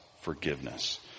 forgiveness